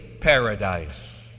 paradise